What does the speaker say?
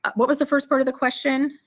what was the first part of the question?